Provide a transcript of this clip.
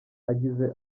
agize